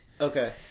Okay